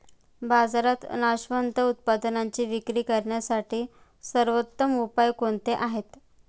बाजारात नाशवंत उत्पादनांची विक्री करण्यासाठी सर्वोत्तम उपाय कोणते आहेत?